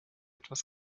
etwas